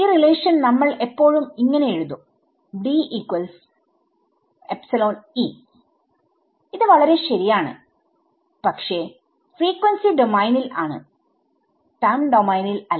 ഈ റിലേഷൻ നമ്മൾ എപ്പോഴും ഇങ്ങനെ എഴുതും ഇത് വളരെ ശരിയാണ് പക്ഷെ ഫ്രീക്വൻസി ഡോമെയിനിൽ ആണ് ടൈം ഡോമായിനിൽ അല്ല